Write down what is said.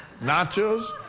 Nachos